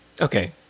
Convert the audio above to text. Okay